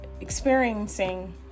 experiencing